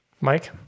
Mike